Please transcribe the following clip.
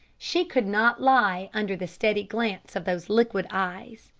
she could not lie under the steady glance of those liquid eyes.